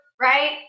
right